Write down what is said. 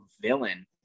villain